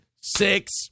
six